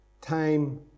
time